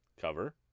cover